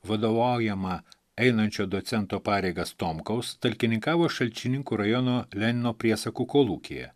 vadovaujama einančio docento pareigas tomkaus talkininkavo šalčininkų rajono lenino priesakų kolūkyje